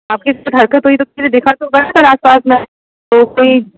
आपके साथ ये हरकत हुई तो किसी ने देखा तो होगा ना सर आस पास में तो कोई